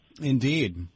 Indeed